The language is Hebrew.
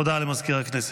הודעה למזכיר הכנסת.